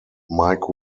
mike